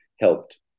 helped